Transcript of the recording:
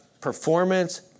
performance